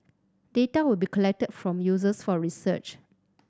data will be collected from users for research